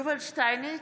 יובל שטייניץ,